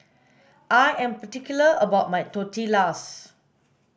I am particular about my Tortillas